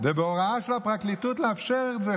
ובהוראה של הפרקליטות לאפשר את זה,